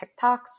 TikToks